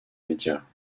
médias